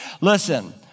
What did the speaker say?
Listen